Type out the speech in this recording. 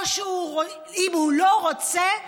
אם הוא לא רוצה,